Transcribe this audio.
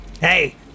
Hey